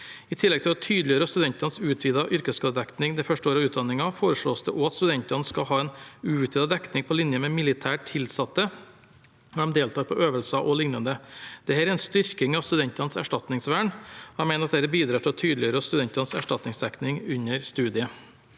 I tillegg til å tydeliggjøre studentenes utvidede yrkesskadedekning det første året av utdanningen foreslås det også at studentene skal ha en utvidet dekning på lik linje med militært tilsatte når de deltar på øvelser o.l. Dette er en styrking av studentenes erstatningsvern, og jeg mener dette bidrar til å tydeliggjøre studentenes erstatningsdekning under studiet.